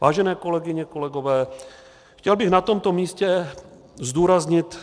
Vážené kolegyně, kolegové, chtěl bych na tomto místě zdůraznit